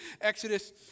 Exodus